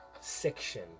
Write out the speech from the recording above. section